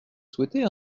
souhaité